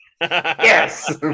Yes